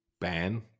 ban